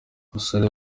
abasore